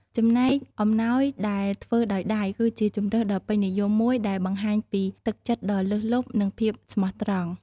ចំណែកអំណោយដែលធ្វើដោយដៃ គឺជាជម្រើសដ៏ពេញនិយមមួយដែលបង្ហាញពីទឹកចិត្តដ៏លើសលប់ និងភាពស្មោះត្រង់។